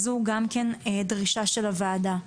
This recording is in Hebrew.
זו גם דרישת הוועדה.